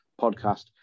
podcast